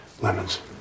Lemons